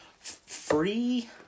free